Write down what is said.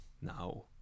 now